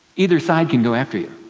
either side can go after you.